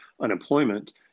unemployment